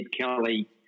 Kelly